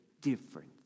Different